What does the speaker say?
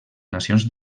nacions